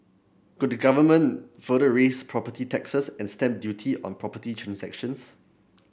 could the Government further raise property taxes and stamp duty on property transactions